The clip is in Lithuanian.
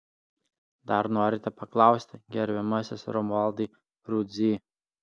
dar norite paklausti gerbiamasis romualdai rudzy